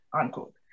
Unquote